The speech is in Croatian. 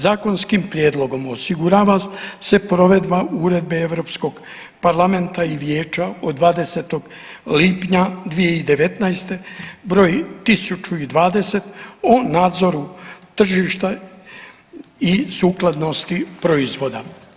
Zakonskim prijedlogom osigurava se provedba Uredbe Europskog parlamenta i Vijeća od 20. lipnja 2019. broj 1020 o nadzoru tržišta i sukladnosti proizvoda.